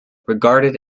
regarded